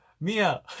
Mia